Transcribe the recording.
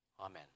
Amen